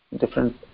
different